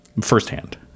Firsthand